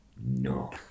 no